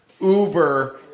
Uber